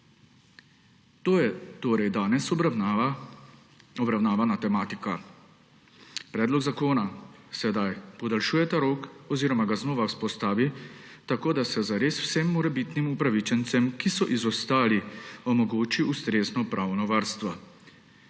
To je torej danes obravnavana tematika. Predlog zakona sedaj podaljšuje ta rok oziroma ga znova vzpostavi, tako da se zares vsem morebitnim upravičencem, ki so izostali, omogoči ustrezno pravno varstvo.